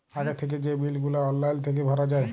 আগে থ্যাইকে যে বিল গুলা অললাইল থ্যাইকে ভরা যায়